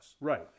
right